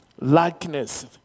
likeness